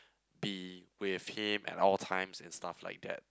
be with him at all times and stuffs like that